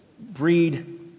breed